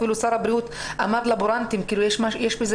אפילו שר הבריאות אמר לבורנטים כאילו יש בזה